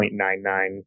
0.99